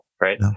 right